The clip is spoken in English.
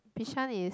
bishan is